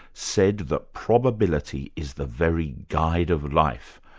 said that probability is the very guide of life,